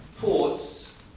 Ports